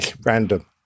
Random